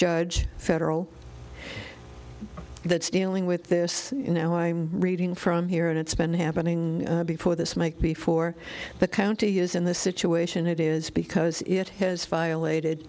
judge federal that's dealing with this now i'm reading from here and it's been happening before this make before the county is in the situation it is because it has violated